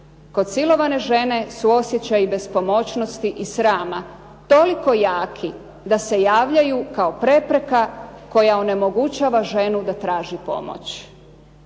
Kod silovane žene su osjećaji bespomoćnosti i srama toliko jaki da se javljaju kao prepreka koja onemogućava ženu da traži pomoć.